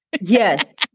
Yes